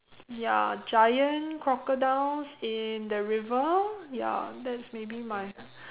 ya giant crocodiles in the river ya that's maybe my